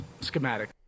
schematic